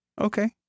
Okay